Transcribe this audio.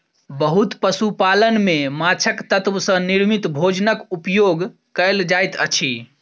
बहुत पशु पालन में माँछक तत्व सॅ निर्मित भोजनक उपयोग कयल जाइत अछि